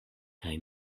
kaj